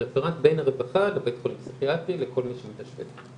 רפרנט בין הרווחה לבית חולים פסיכיאטרי לכל מי שמתאשפז.